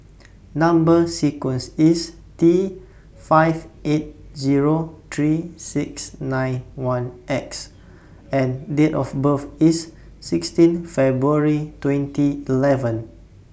Number sequence IS T five eight Zero three six nine one X and Date of birth IS sixteen February twenty eleven